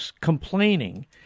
complaining